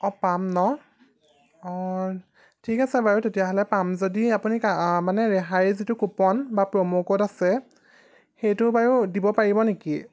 অঁ পাম ন ঠিক আছে বাৰু তেতিয়াহ'লে পাম যদি আপুনি মানে ৰেহাই যিটো কুপন বা প্ৰমো ক'ড আছে সেইটো বাৰু দিব পাৰিব নেকি